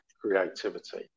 creativity